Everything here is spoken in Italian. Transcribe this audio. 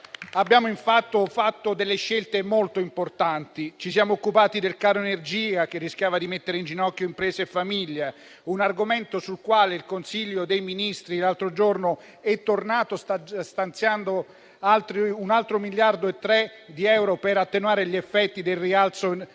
abbiamo fatto scelte molto importanti. Ci siamo occupati del caro energia, che rischiava di mettere in ginocchio imprese e famiglie ed è un argomento sul quale il Consiglio dei ministri qualche giorno fa è tornato stanziando ulteriori 1,3 miliardi di euro per attenuare gli effetti del rialzo